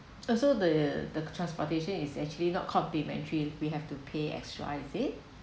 also the the transportation is actually not complimentary we have to pay extra is it